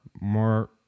more